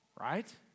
right